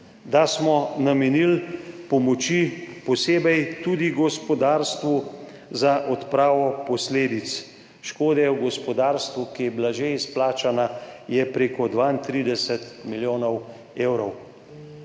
Da smo namenili pomoči posebej tudi gospodarstvu za odpravo posledic škode v gospodarstvu, ki je bila že izplačana, je prek 32 milijonov evrov.